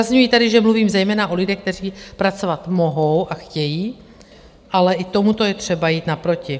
Zdůrazňuji tedy, že mluvím zejména o lidech, kteří pracovat mohou a chtějí, ale i tomuto je třeba jít naproti.